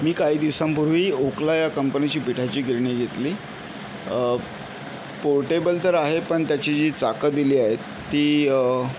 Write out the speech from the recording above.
मी काही दिवसांपूर्वी ओखला ह्या कंपनीची पीठाची गिरणी घेतली पोर्टेबल तर आहे पण त्याची जी चाकं दिली आहेत ती